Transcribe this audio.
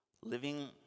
living